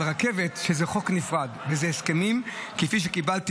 על רכבת זה חוק נפרד ואלו הסכמים כפי שקיבלתי